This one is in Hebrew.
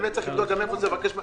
צריך לבדוק,